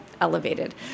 Elevated